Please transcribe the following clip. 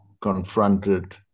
confronted